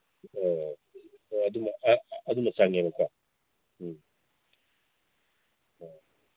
ꯑꯣ ꯑꯣ ꯑꯗꯨꯃ ꯑꯗꯨꯅ ꯆꯪꯉꯦꯕꯀꯣ ꯎꯝ ꯑꯣ